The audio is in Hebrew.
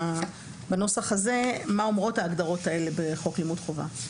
בנוסח הזה מה אומרות ההגדרות האלה בחוק לימוד חובה.